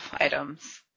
items